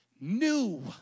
new